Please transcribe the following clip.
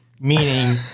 meaning